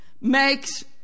makes